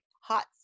hot